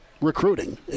Recruiting